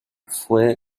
fue